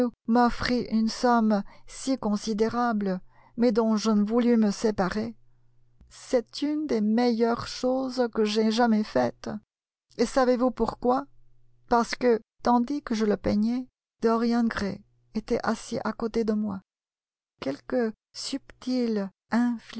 m'offrit une somme si considérable mais dont je ne voulus me séparer c'est une des meilleures choses que j'aie jamais faites et savez-vous pourquoi parce que tandis que je la peignais dorian gray était assis à côté de moi quelque subtile